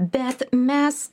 bet mes